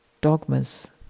dogmas